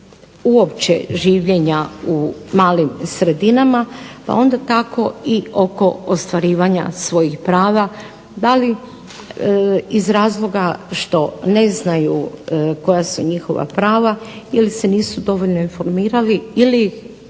uopće življenja u malim sredinama pa onda tako i oko ostvarivanja svojih prava, da li iz razloga što ne znaju koja su njihova prava ili se nisu dovoljno informirali ili